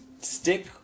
stick